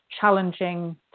challenging